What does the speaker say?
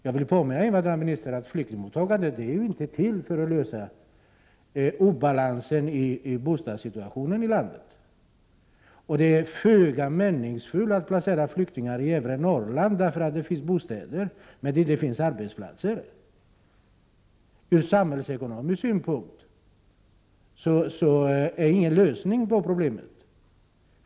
Jag vill påminna invandrarministern om att flyktingmottagandet inte är till för att lösa obalansen i bostadssituationen i landet. Det är föga meningsfullt att placera flyktingar i övre Norrland bara för att där finns bostäder när det inte finns arbetsplatser. Ur samhällsekonomisk synpunkt är det ingen lösning på problemet.